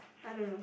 I don't know